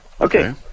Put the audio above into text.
Okay